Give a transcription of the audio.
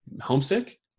homesick